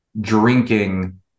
drinking